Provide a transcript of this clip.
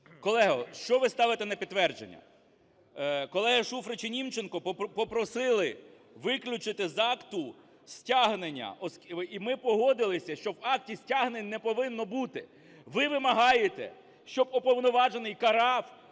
Колего, що ви ставите на підтвердження? Колеги Шуфрич іНімченко попросили виключити з акту стягнення, і ми погодилися, що в акті стягнень не повинно бути. Ви вимагаєте, щоб уповноважений карав